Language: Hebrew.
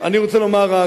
אני רוצה לומר רק,